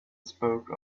spoke